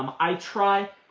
um i try